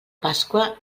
pasqua